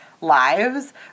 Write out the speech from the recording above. Lives